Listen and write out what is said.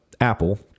Apple